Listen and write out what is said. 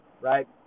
Right